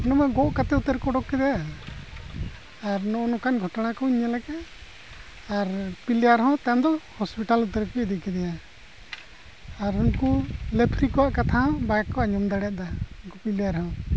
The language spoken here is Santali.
ᱩᱱᱤ ᱢᱟ ᱜᱚᱜ ᱠᱟᱛᱮᱫ ᱩᱛᱟᱹᱨ ᱠᱚ ᱩᱰᱩᱠ ᱠᱮᱫᱮᱭᱟ ᱟᱨ ᱱᱚᱜᱼᱚ ᱱᱚᱝᱠᱟᱱ ᱜᱷᱚᱴᱚᱱᱟ ᱠᱚᱧ ᱧᱮᱞ ᱠᱮᱫᱼᱟ ᱟᱨ ᱦᱚᱸ ᱛᱟᱭᱚᱢ ᱫᱚ ᱩᱛᱟᱹᱨ ᱠᱚ ᱤᱫᱤ ᱠᱮᱫᱮᱭᱟ ᱟᱨ ᱩᱱᱠᱩ ᱠᱚᱣᱟᱜ ᱠᱟᱛᱷᱟ ᱦᱚᱸ ᱵᱟᱠᱚ ᱟᱸᱡᱚᱢ ᱫᱟᱲᱮᱭᱟᱫᱟ ᱩᱱᱠᱩ ᱯᱞᱮᱭᱟᱨ ᱦᱚᱸ